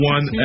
One